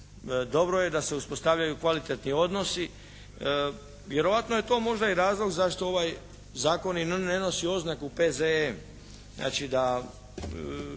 dobro je da se uspostavljaju kvalitetni odnosi. Vjerojatno je to možda i razlog zašto ovaj zakon ne nosi oznaku P.Z.E. znači da